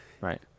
Right